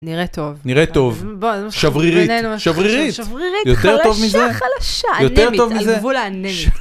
נראה טוב, נראה טוב. בוא... שברירית. חלשה חלשה... יותר טוב מזה? אנמית, על גבול האנמיה.